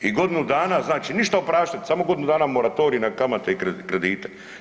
I godinu dana, znači ništa opraštat, samo godinu dana moratorij na kamate i kredite.